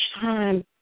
time